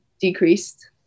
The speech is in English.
decreased